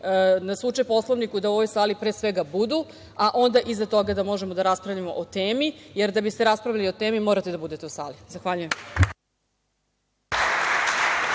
nas uče Poslovniku, da u ovoj sali, pre svega, budu, a onda iza toga da možemo da raspravljamo o temi, jer da biste raspravljali o temi, morate da budete u sali. Zahvaljujem.